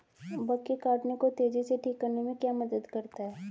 Bug के काटने को तेजी से ठीक करने में क्या मदद करता है?